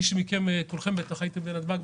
כולכם בטח הייתם בנתב"ג,